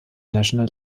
national